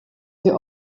sie